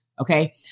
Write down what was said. Okay